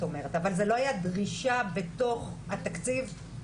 אבל האם זו לא היתה דרישה בתוך התקציב?